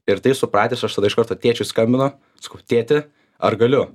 ir tai supratęs aš tada iš karto tėčiui skambinu sakau tėti ar galiu